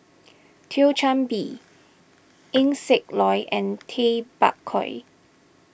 Thio Chan Bee Eng Siak Loy and Tay Bak Koi